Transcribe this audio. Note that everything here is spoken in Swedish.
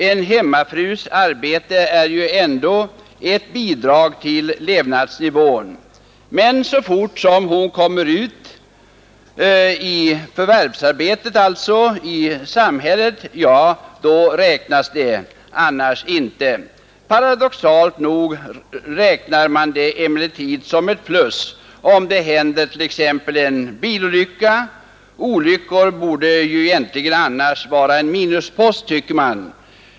En hemmafrus arbete är ju ändå ett bidrag till levnadsnivån. Så fort som hon kommer ut i förvärvsarbete i samhället räknas det, annars inte. Paradoxalt nog räknar man det emellertid som ett plus om det händer t.ex. en bilolycka — olyckor borde ju egentligen vara en minuspost.